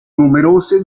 numerose